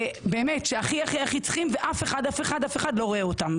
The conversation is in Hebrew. באמת שהכי הכי צריכים ואף אחד לא רואה אותם.